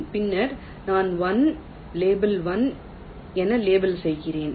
பின்னர் நான் 1 லேபிள் 1 என லேபிள் செய்கிறேன்